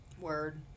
Word